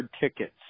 tickets